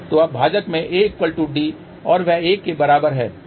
तो अब भाजक में AD और वह 1 के बराबर है